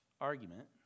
argument